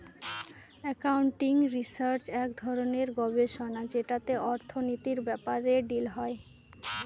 accounting research এক ধরনের গবেষণা যেটাতে অর্থনীতির ব্যাপারে ডিল হয়